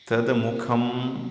तत् मुखं